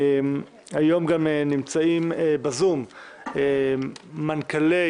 היום גם נמצאים בזום מנכ"לי,